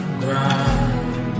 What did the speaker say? ground